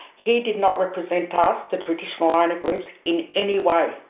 he did not represent us, the traditional owner groups, in any way.